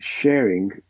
sharing